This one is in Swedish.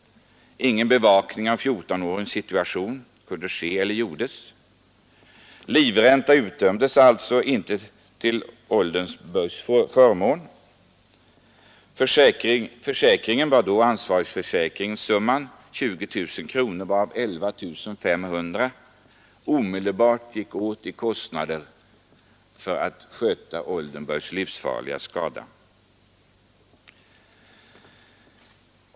Ingen bevakade 14-åringens situation. Livränta utdömdes alltså inte till Oldenburgs förmån. Ansvarighetssumman på trafikförsäkringen var då 20 000 kronor, varav 11 500 kronor omedelbart gick åt till kostnader för att sköta Oldenburgs livsfarliga skada.